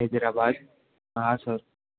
તો તેના બાદ હાં સર